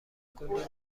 کلی